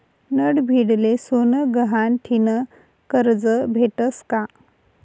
नडभीडले सोनं गहाण ठीन करजं भेटस का?